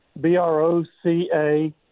B-R-O-C-A